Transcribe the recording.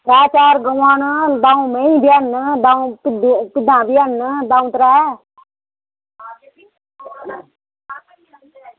त्रैऽ चार गवांऽ न दौं मैंही न ते भिड्डां बी हैन दौं त्रैऽ